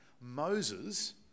Moses